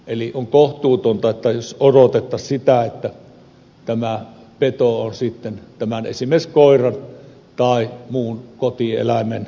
eli on kohtuutonta että odotettaisiin sitä että tämä peto on esimerkiksi koiran tai kotieläimen kimpussa